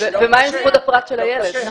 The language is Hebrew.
ומה עם זכות הפרט של הילד?